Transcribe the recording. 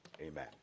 Amen